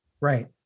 Right